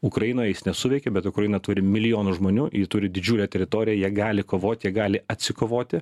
ukrainoj jis nesuveikė bet ukraina turi milijonus žmonių ji turi didžiulę teritoriją jie gali kovoti gali atsikovoti